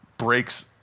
breaks